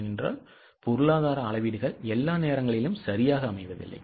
ஏனெனில் பொருளாதார அளவீடுகள் எல்லா நேரங்களிலும் சரியாக அமைவதில்லை